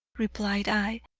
replied i,